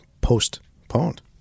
postponed